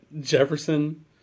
Jefferson